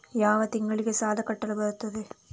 ಯಾವ ತಿಂಗಳಿಗೆ ಸಾಲ ಕಟ್ಟಲು ಬರುತ್ತದೆ?